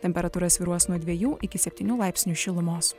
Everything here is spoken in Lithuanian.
temperatūra svyruos nuo dviejų iki septynių laipsnių šilumos